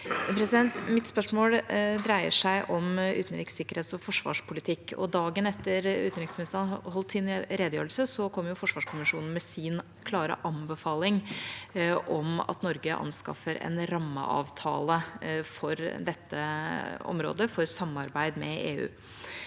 pandemien. Mitt spørsmål dreier seg om utenriks-, sikkerhetsog forsvarspolitikk. Dagen etter at utenriksministeren holdt sin redegjørelse, kom forsvarskommisjonen med sin klare anbefaling om at Norge anskaffer en rammeavtale for dette området, for samarbeid med EU.